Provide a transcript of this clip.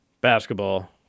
basketball